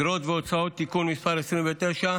אגרות והוצאות (תיקון מס׳ 29)